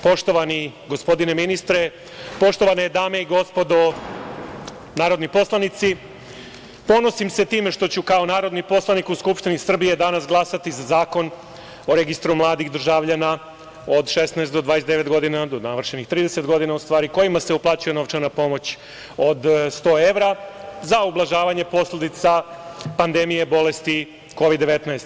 Poštovani gospodine ministre, poštovane dame i gospodo narodni poslanici, ponosim se time što ću kao narodni poslanik u Skupštini Srbije danas glasati za Zakon o registru mladih državljana od 16 do 29 godina, do navršenih 30 godina u stvari, kojima se uplaćuje novčana pomoć od 100 evra za ublažavanje posledica pandemije bolesti Kovid - 19.